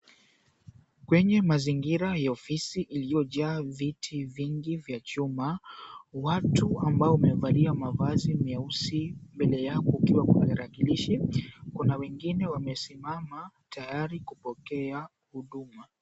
Kwenye mazingira ya ofisi iliyojaa viti v𝑖ngi vya chuma, watu ambao wamevalia mavazi meusi mbele yao kukiwa kuna tarakilishi, kuna wengine wamesimama tayari kupokea huduma.